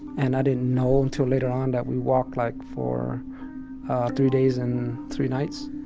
and i didn't know until later on that we walked, like, for three days and three nights.